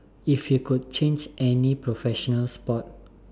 if you could change any professional sport